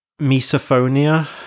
misophonia